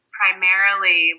primarily